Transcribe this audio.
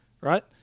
Right